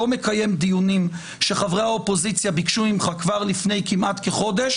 לא מקיים דיונים שחברי האופוזיציה ביקשו ממך כבר לפני כחודש,